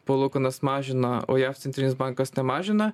palūkanas mažina o jav centrinis bankas nemažina